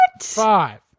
Five